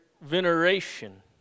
Veneration